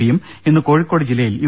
പിയും ഇന്ന് കോഴിക്കോട് ജില്ലയിൽ യു